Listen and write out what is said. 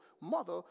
mother